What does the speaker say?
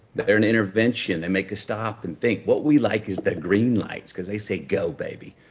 they're an intervention. they make us stop and think. what we like is the green lights because they say, go, baby.